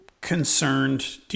concerned